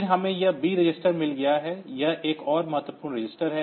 फिर हमें यह B रजिस्टर मिल गया है यह एक और बहुत महत्वपूर्ण रजिस्टर है